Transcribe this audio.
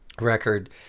record